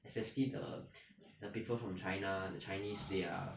especially the the people from china the chinese they are